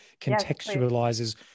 contextualizes